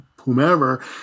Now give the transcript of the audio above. whomever